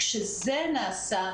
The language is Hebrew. כשזה נעשה,